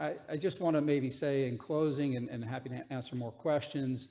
i just want to maybe say in closing and and happy to answer more questions